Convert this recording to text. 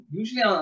usually